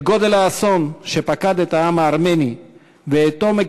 את גודל האסון שפקד את העם הארמני ואת עומק